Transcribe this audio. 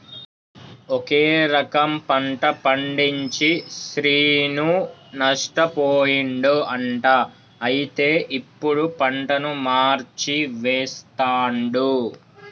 ఒకే రకం పంట పండించి శ్రీను నష్టపోయిండు అంట అయితే ఇప్పుడు పంటను మార్చి వేస్తండు